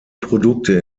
produkte